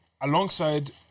alongside